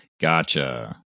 Gotcha